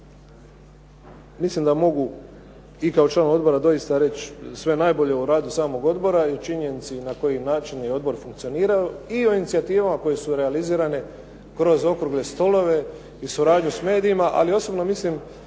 mislim da mogu i kao član odbora doista reći sve najbolje o radu samog odbora i o činjenici na koji način je odbor funkcinirao i o inicijativama koje su realizirane kroz okrugle stolove i suradnju sa medijima. Ali osobno mislim